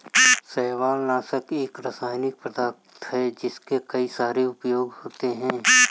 शैवालनाशक एक रासायनिक पदार्थ है जिसके कई सारे उपयोग होते हैं